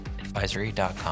advisory.com